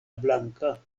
blanka